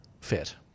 fit